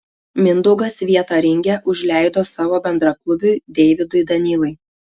mindaugas vietą ringe užleido savo bendraklubiui deividui danylai